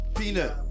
Peanut